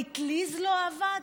האטליז לא עבד,